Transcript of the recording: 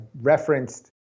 referenced